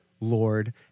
Lord